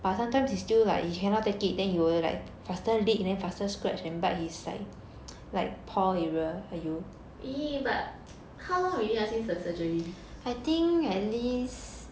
!ee! but how long already ah since the surgery